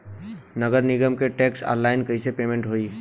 नगर निगम के टैक्स ऑनलाइन कईसे पेमेंट होई?